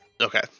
Okay